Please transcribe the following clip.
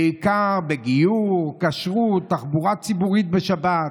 ובעיקר בגיור, כשרות, תחבורה ציבורית בשבת.